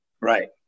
right